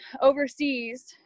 overseas